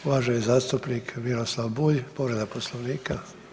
Uvaženi zastupnik Miroslav Bulj, povreda Poslovnika.